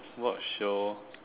what show